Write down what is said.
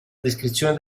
descrizione